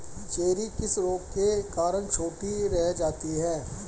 Cherry किस रोग के कारण छोटी रह जाती है?